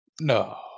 No